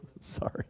sorry